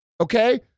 Okay